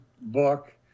book